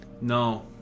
No